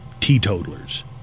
teetotalers